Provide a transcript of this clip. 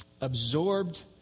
Absorbed